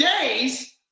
days